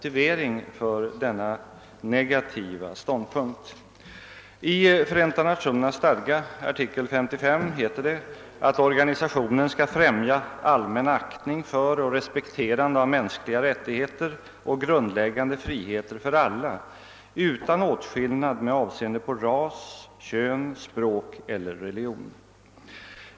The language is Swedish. I Förenta nationernas stadga, artikel 55, står det att organisationen skall främja »allmän aktning för och respekterande av mänskliga rättigheter och grundläggande friheter för alla utan åtskillnad med avseende på ras, kön, språk eller religion».